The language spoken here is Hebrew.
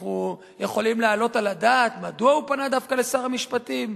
אנחנו יכולים להעלות על הדעת מדוע הוא פנה דווקא לשר המשפטים?